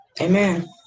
Amen